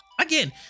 again